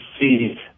see